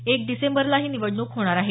एक डिसेंबरला ही निवडणूक होणार आहे